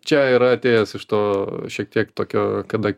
čia yra atėjęs iš to šiek tiek tokio kada